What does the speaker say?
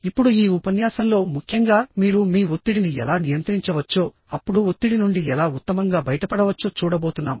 ఇప్పుడు ఈ ఉపన్యాసంలో ముఖ్యంగా మీరు మీ ఒత్తిడిని ఎలా నియంత్రించవచ్చో అప్పుడు ఒత్తిడి నుండి ఎలా ఉత్తమంగా బయటపడవచ్చో చూడబోతున్నాం